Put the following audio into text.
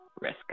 risk